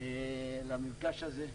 למפגש הזה.